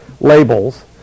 labels